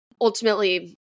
Ultimately